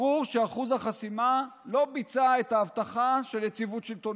ברור שאחוז החסימה לא ביצע את ההבטחה של יציבות שלטונית.